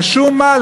משום מה,